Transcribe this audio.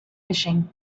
fishing